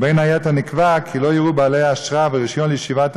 ובין היתר נקבע כי לא יראו בעלי אשרה ורישיון לישיבת